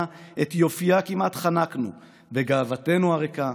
את יופייה כמעט חנקנו / בגאוותנו הריקה,